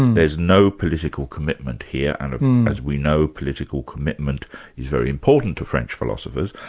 there's no political commitment here, and as we know, political commitment is very important to french philosophers,